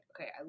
okay